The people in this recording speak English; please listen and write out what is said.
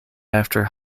after